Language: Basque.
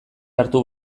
hartu